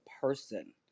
person